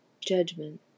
judgment